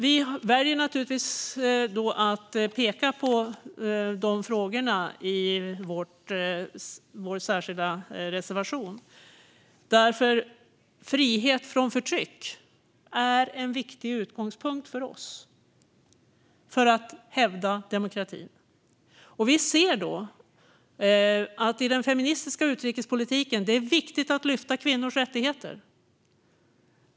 Vi väljer naturligtvis att peka på dessa frågor i vår reservation. Frihet från förtryck är en viktig utgångspunkt för oss för att hävda demokratin. I den feministiska utrikespolitiken är det viktigt att lyfta fram kvinnors rättigheter.